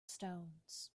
stones